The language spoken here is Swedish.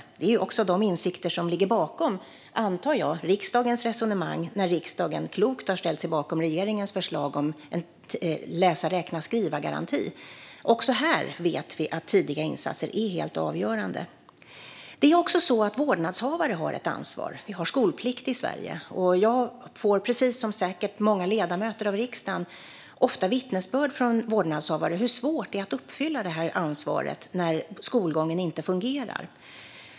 Jag antar att det också är dessa insikter som ligger bakom riksdagens resonemang när riksdagen klokt har ställt sig bakom regeringens förslag om en läsa-skriva-räkna-garanti. Också här vet vi att tidiga insatser är helt avgörande. Vårdnadshavare har också ett ansvar. Vi har skolplikt i Sverige. Jag får, precis som säkert många ledamöter av riksdagen, ofta vittnesbörd från vårdnadshavare om hur svårt det är att uppfylla detta ansvar när skolgången inte fungerar.